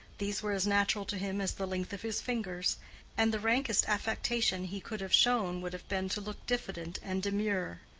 these were as natural to him as the length of his fingers and the rankest affectation he could have shown would have been to look diffident and demure.